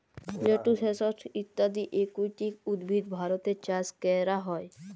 lettuce, হ্যাসান্থ ইত্যদি aquatic উদ্ভিদ ভারতে চাস ক্যরা হ্যয়ে